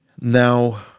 Now